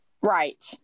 Right